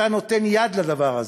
אתה נותן יד לדבר הזה.